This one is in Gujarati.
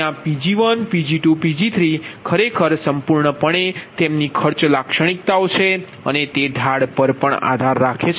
ત્યાં Pg1Pg2Pg3ખરેખર સંપૂર્ણપણે તેમના ખર્ચ લાક્ષણિકતા છે અને તે ઢાળ પર પણ આધાર રાખે છે